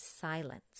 silence